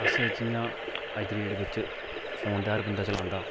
अस जि'यां अज्ज दी डेट बिच फोन हर कोई चलांदा